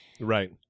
Right